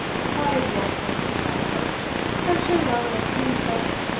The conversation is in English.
replied the acquiescent barber i am sure your honour kens best.